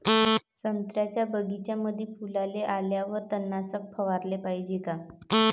संत्र्याच्या बगीच्यामंदी फुलाले आल्यावर तननाशक फवाराले पायजे का?